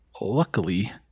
Luckily